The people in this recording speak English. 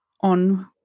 on